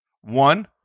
One